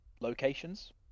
locations